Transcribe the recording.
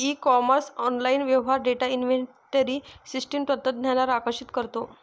E commerce online व्यवहार data inventory system तंत्रज्ञानावर आकर्षित करतो